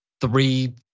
three